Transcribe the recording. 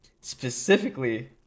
specifically